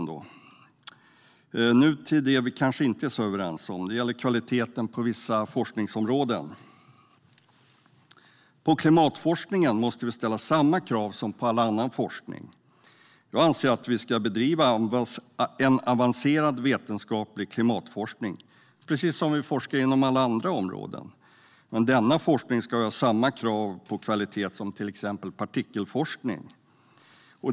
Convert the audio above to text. Nu ska jag ta upp det som vi kanske inte är så överens om. Det gäller kvaliteten på vissa forskningsområden. Vi måste ställa samma krav på klimatforskningen som på all annan forskning. Jag anser att vi ska bedriva en avancerad vetenskaplig klimatforskning, precis som vi forskar inom alla andra områden. Men det ska ställas samma krav på kvalitet på denna forskning som på till exempel partikelforskning.